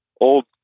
old